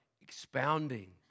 expounding